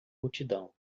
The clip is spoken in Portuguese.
multidão